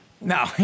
No